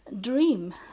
dream